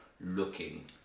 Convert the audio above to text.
looking